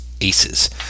aces